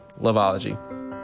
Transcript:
loveology